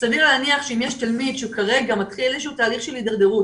סביר להניח שאם יש תלמיד שכרגע מתחיל איזשהו תהליך של הידרדרות